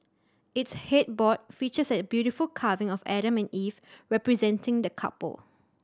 its headboard features a beautiful carving of Adam and Eve representing the couple